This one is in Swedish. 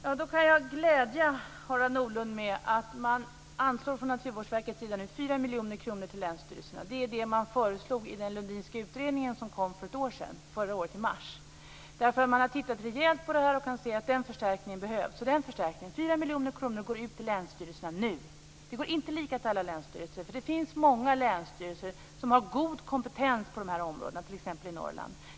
Herr talman! Jag kan glädja Harald Nordlund med att man från Naturvårdsverkets sida anslår 4 miljoner kronor till länsstyrelserna. Det är det man föreslog i den Lundinska utredningen som kom förra året i mars. Man har tittat på det här och sett att en förstärkning behövs, så den förstärkningen - 4 miljoner kronor - går nu ut till länsstyrelserna. Det går inte lika mycket till alla länsstyrelser. Det finns många länsstyrelser som har god kompetens på de här områdena, t.ex. i Norrland.